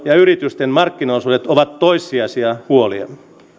ja yritysten markkinaosuudet ovat toissijaisia huolia